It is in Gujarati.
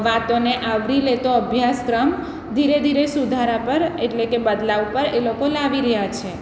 વાતોને આવરી લેતો અભ્યાસક્રમ ધીરે ધીરે સુધારા પર એટલે કે બદલાવ પર એ લોકો લાવી રહ્યા છે